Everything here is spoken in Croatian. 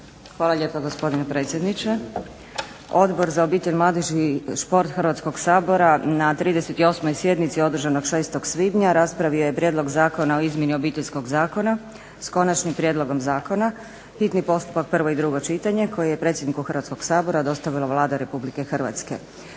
Hvala lijepa gospodine predsjedniče. Odbor za obitelj, mladež i šport Hrvatskog sabora na 38. sjednici održanog 6. svibnja raspravio je Prijedlog zakona o izmjeni Obiteljskog zakona s konačnim prijedlogom zakona, hitni postupak, prvo i drugo čitanje koji je predsjedniku Hrvatskog sabora dostavila Vlada Republike Hrvatske.